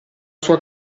sua